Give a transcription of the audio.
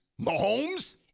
Mahomes